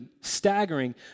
staggering